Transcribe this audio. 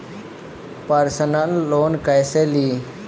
Personal loan कैसे ली?